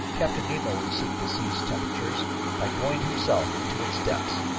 captain nemo would seek the sea's temperature by going himself into its depths,